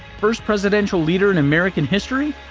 first presidential leader in american history?